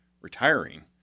retiring